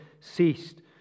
ceased